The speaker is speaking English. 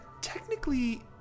Technically